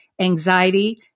anxiety